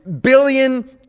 billion